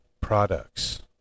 products